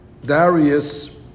Darius